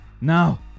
Now